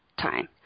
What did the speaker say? time